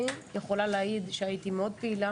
היושבת-ראש, והיא יכולה להעיד שהייתי פעילה מאוד